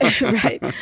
Right